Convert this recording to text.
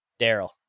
Daryl